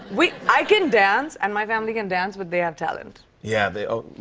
we i can dance, and my family can dance, but they have talent. yeah. they